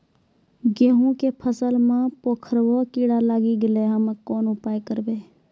गेहूँ के फसल मे पंखोरवा कीड़ा लागी गैलै हम्मे कोन उपाय करबै?